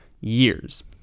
years